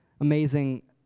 amazing